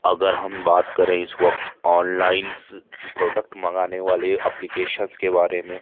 اگر ہم بات کریں اس وقت آن لائنس پروڈکٹ منگانے والے اپلیکیشنس کے بارے میں